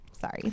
sorry